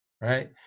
right